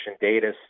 data